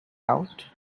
out